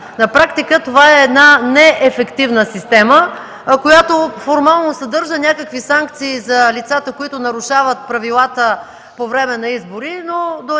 На практика това е неефективна система, която формално съдържа някакви санкции за лицата, които нарушават правилата по време на избори, но до